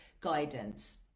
guidance